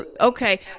Okay